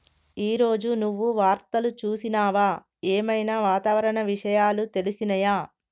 ఈ రోజు నువ్వు వార్తలు చూసినవా? ఏం ఐనా వాతావరణ విషయాలు తెలిసినయా?